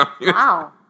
Wow